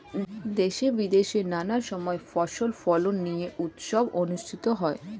দেশে বিদেশে নানা সময় ফসল ফলন নিয়ে উৎসব অনুষ্ঠিত হয়